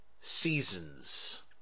seasons